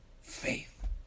faith